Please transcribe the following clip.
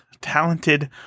talented